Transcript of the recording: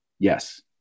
Yes